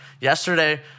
Yesterday